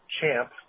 champ